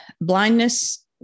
blindness